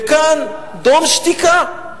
וכאן "דום שתיקה",